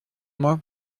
moi